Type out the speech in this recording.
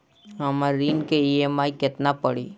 हमर ऋण के ई.एम.आई केतना पड़ी?